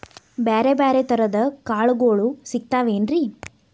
ಬ್ಯಾರೆ ಬ್ಯಾರೆ ತರದ್ ಕಾಳಗೊಳು ಸಿಗತಾವೇನ್ರಿ?